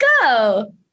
go